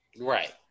Right